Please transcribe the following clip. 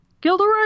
Gilderoy